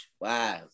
wow